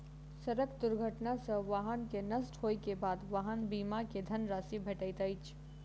सड़क दुर्घटना सॅ वाहन के नष्ट होइ के बाद वाहन बीमा के धन राशि भेटैत अछि